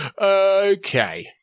Okay